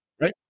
right